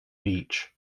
beach